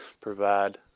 provide